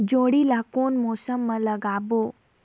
जोणी ला कोन मौसम मा लगाबो?